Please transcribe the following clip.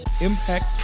impact